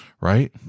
right